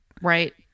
Right